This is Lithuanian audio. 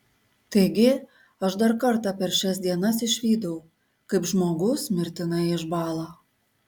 taigi aš dar kartą per šias dienas išvydau kaip žmogus mirtinai išbąla